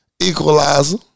Equalizer